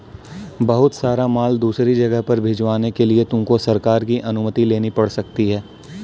बहुत सारा माल दूसरी जगह पर भिजवाने के लिए तुमको सरकार की अनुमति लेनी पड़ सकती है